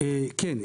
כן.